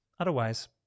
Otherwise